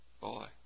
Boy